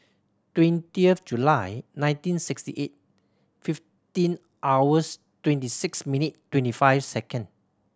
twenty of July nineteen sixty eight fifteen hours twenty six minutes twenty five second